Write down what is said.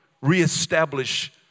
Reestablish